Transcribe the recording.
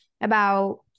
about-